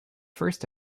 first